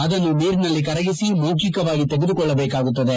ಆದನ್ನು ನೀರಿನಲ್ಲಿ ಕರಗಿಸಿ ಮೌಬಿಕವಾಗಿ ತೆಗೆದುಕೊಳ್ಳಬೇಕಾಗುತ್ತದೆ